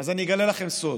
אז אני אגלה לכם סוד: